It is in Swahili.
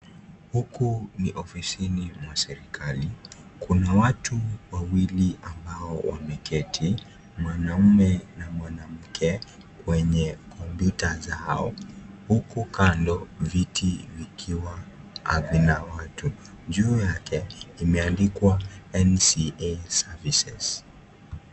Huku ni ofisini mwa serikali, kuna watu wawili ambao wameketi, mwanaume na mwanamke kwenye kompyuta zao huku kando viti vikiwa havina watu, juu yake imeandikwa (cs)NCA Services(cs).